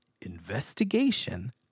investigation